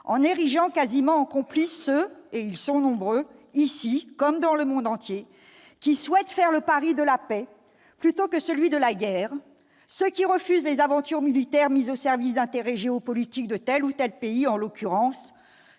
en érigeant quasiment en complices ceux- et ils sont nombreux, ici comme dans le monde entier -qui souhaitent faire le pari de la paix plutôt que celui de la guerre, ceux qui refusent les aventures militaires mises au service d'intérêts géopolitiques de tel ou tel pays. Je pense, en l'occurrence,